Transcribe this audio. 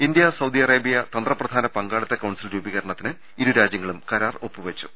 India Saudi Arabia തന്ത്രപ്രധാന പങ്കാളിത്ത council രൂപീകരണത്തിന് ഇരുരാജ്യങ്ങളും കരാർ ഒപ്പുവെച്ചു